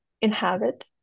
inhabit